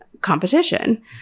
competition